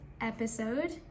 episode